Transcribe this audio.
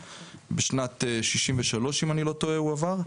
בשנת 1963 אם אני לא טועה הא עבר,